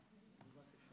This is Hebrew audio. לא, לא,